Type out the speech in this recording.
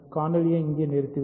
காணொளியை இங்கே நிறுத்துவேன்